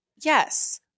Yes